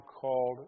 called